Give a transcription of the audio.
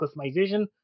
customization